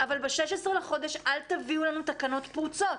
אבל ב-16 לחודש אל תביאו לנו תקנות פרוצות.